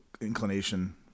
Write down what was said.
inclination